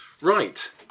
Right